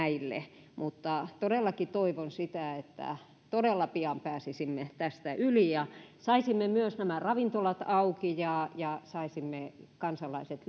näille mutta todellakin toivon sitä että todella pian pääsisimme tästä yli ja saisimme myös ravintolat auki ja ja saisimme kansalaiset